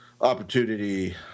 opportunity